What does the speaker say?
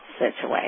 situation